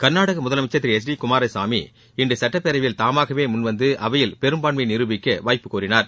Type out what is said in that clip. கர்நாடக முதலமைச்சர் திரு H D Kumaraswamy இன்று சட்டப் பேரவையில் தாமாகவே முன்வந்து அவையில் பெரும்பான்மையை நிருபிக்க வாய்ப்பு கோரினார்